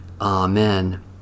Amen